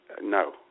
No